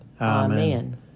Amen